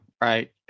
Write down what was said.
right